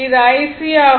இது IC ஆகும்